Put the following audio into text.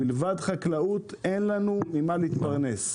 מלבד חקלאות אין לנו ממה להתפרנס.